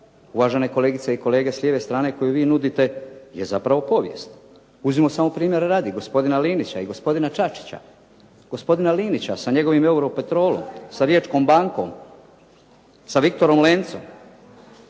uvažene kolegice i kolege s lijeve strane, koju vi nudite je zapravo povijest. Uzmimo samo primjera radi gospodina Linića i gospodina Čačića, gospodina Linića sa njegovim Europetrolom, sa Riječkom bankom, sa "Viktorom Lencom",